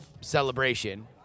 celebration